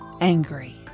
angry